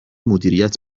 مدیریت